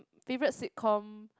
favourite sitcom